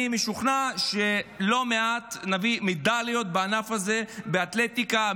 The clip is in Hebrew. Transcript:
אני משוכנע שנביא לא מעט מדליות בענף הזה באתלטיקה,